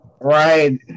Right